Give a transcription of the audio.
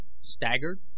Staggered